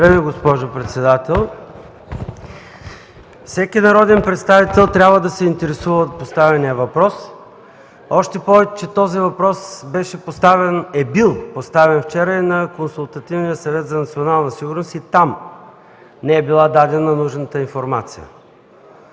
Благодаря Ви, госпожо председател. Всеки народен представител трябва да се интересува от поставения въпрос, още повече че този въпрос е бил поставен вчера и на Консултативния съвет за национална сигурност и там не е била дадена нужната информация.